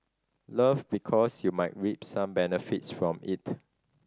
love because you might reap some benefits from it